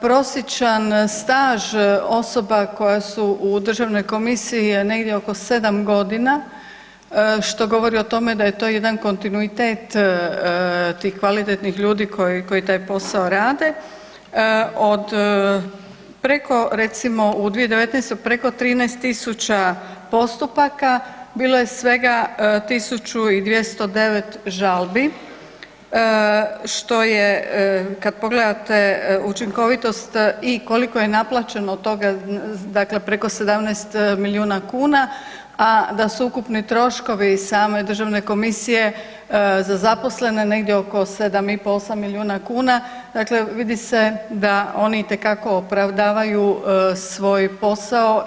Prosječan staž osoba koje su u državnoj komisiji je negdje oko 7 godina što govori o tome da je to jedan kontinuitet tih kvalitetnih ljudi koji taj posao rade od preko recimo u 2019. preko 13.000 postupaka bilo je svega 1209 žalbi što je kad pogledate učinkovitost i koliko je naplaćeno od toga dakle preko 17 milijuna kuna, a da su ukupni troškovi same državne komisije za zaposlene negdje oko 7,5, 8 milijuna kuna, dakle vidi se da oni itekako opravdavaju svoj posao